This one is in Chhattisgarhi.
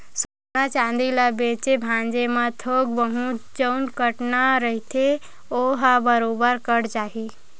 सोना चांदी ल बेंचे भांजे म थोक बहुत जउन कटना रहिथे ओहा बरोबर कट जाही